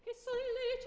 certainly